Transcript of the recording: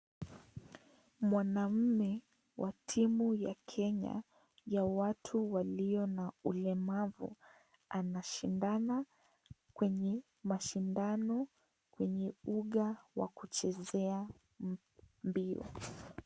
Mwanaume wa timu ya Kenya, ya watu walio na ulemavu, anashindana kwenye mashindano kwenye uga ya kuchezea mpira.